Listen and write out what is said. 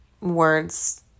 words